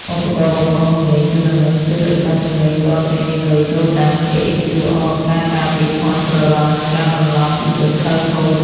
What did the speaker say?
ឧបករណ៍បំពងសំឡេងជូនដំណឹង ជួយប្រកាសសំឡេងរាល់ពេលមានលុយចូលតាម KHQR ការពារការភ័ន្តច្រឡំ និងការបន្លំពីជនខិលខូច។